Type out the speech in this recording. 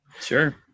Sure